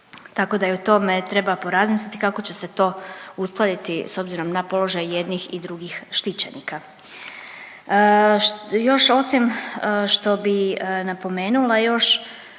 tako da i o tome treba porazmisliti kako će se to uskladiti s obzirom na položaj jednih i drugih štićenika. Još osim što bi napomenula još